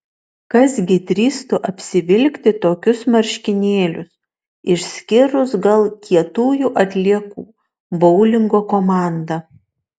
kas gi drįstų apsivilkti tokius marškinėlius išskyrus gal kietųjų atliekų boulingo komandą